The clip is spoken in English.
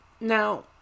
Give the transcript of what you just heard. Now